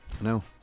No